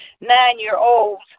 nine-year-olds